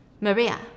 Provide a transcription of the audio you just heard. Maria